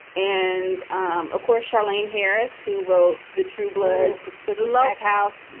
and um of course, charlaine harris, who wrote the trueblood love house.